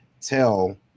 tell